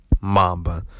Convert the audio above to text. Mamba